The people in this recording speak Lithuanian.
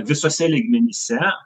visuose lygmenyse